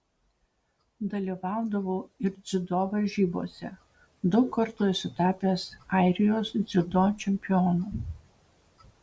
dalyvaudavau ir dziudo varžybose daug kartų esu tapęs airijos dziudo čempionu